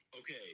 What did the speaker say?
Okay